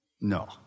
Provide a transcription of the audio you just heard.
No